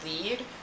lead